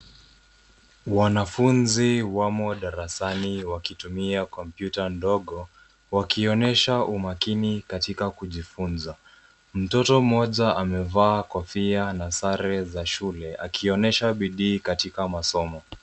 Wanafunzi wamo darasani wakitumia kompyuta ndogo wakionyesha umakini katika kujifunza. Mtoto mmoja amevaa kofia na sare za shule akionyesha bidii katika masomo.